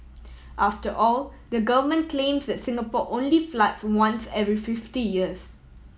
after all the government claims that Singapore only floods once every fifty years